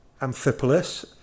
Amphipolis